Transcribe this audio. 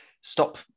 stop